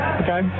okay